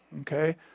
okay